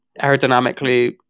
aerodynamically